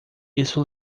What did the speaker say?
isso